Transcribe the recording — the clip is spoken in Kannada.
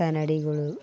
ಕನ್ನಡಿಗಳು